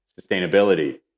sustainability